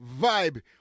vibe